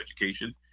education